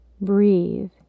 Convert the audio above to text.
Breathe